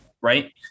right